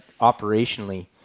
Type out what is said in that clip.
operationally